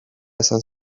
esan